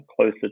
closer